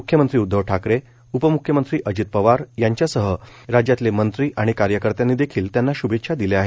मुख्यमंत्री उद्दव ठाकरे उपमुख्यमंत्री अजित पवार यांच्यासह राज्यातले मंत्री आणि कार्यकर्त्यांनी देखील त्यांना शुभेच्छा दिल्या आहेत